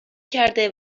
کرده